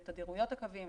לתדירויות הקווים,